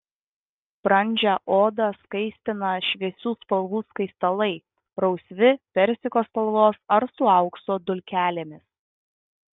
brandžią odą skaistina šviesių spalvų skaistalai rausvi persiko spalvos ar su aukso dulkelėmis